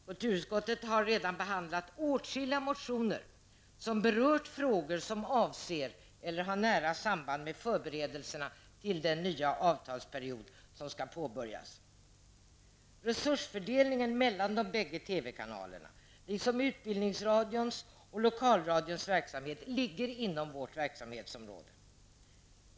Kulturutskottet har redan behandlat åtskilliga motioner som har berört frågor som avser eller har nära samband med förberedelserna till den nya avtalsperiod som skall påbörjas. Resursfördelningen mellan de båda TV-kanalerna, liksom Utbildningsradions och Lokalradions verksamhet, ligger inom kulturutskottets verksamhetsområde.